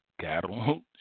Cattle